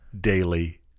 Daily